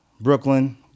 Brooklyn